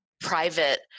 private